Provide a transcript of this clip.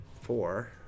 Four